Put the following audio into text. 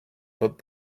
but